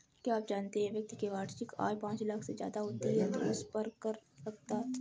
क्या आप जानते है व्यक्ति की वार्षिक आय पांच लाख से ज़्यादा होती है तो उसपर कर लगता है?